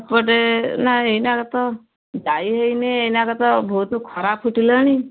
ଏପଟେ ନା ଏଇନା ତ ଯାଇହେଇନି ଏଇନାକେ ତ ବହତ ଖରା ଫୁଟିଲାଣି